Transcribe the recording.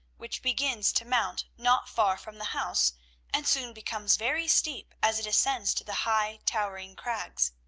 which begins to mount not far from the house and soon becomes very steep as it ascends to the high, towering crags.